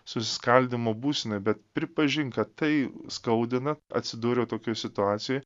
susiskaldymo būsenoj bet pripažink kad tai skaudina atsidūriau tokioj situacijoj